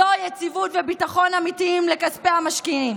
זו יציבות וביטחון אמיתיים לכספי המשקיעים.